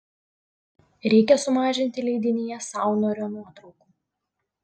reikia sumažinti leidinyje saunorio nuotraukų